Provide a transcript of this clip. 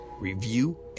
review